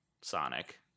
Sonic